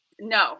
no